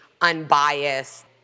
unbiased